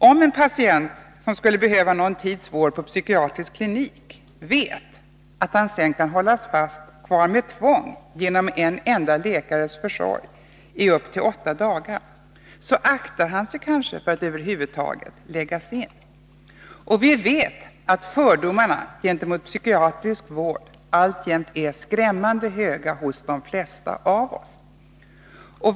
Om en patient, som skulle behöva någon tids vård på psykiatrisk klinik, vet att han sedan kan hållas kvar med tvång i upp till åtta dagar genom en enda läkares försorg, aktar han sig kanske för att över huvud taget läggas in. Och vi vet att fördomarna gentemot psykiatrisk vård alltjämt är skrämmande höga hos de flesta av oss.